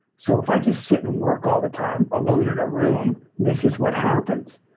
so if i just sit and work all the time alone in a room, this is what happens.